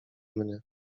mnie